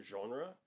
genre